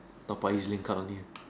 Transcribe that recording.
top up E_Z link card only ah